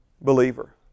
believer